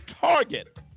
target